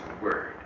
word